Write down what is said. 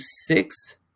six